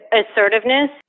assertiveness